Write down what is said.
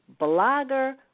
blogger